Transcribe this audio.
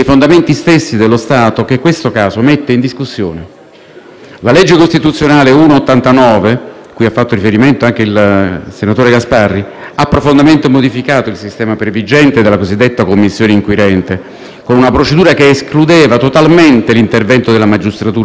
- cui ha fatto riferimento anche il senatore Gasparri - ha profondamente modificato il sistema previgente della cosiddetta Commissione inquirente con una procedura che escludeva totalmente l'intervento della magistratura ordinaria. Con la modifica il Parlamento assume oggi un ruolo di difesa della funzione ministeriale.